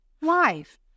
life